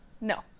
No